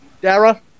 Dara